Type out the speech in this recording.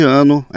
ano